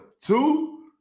Two